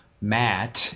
Matt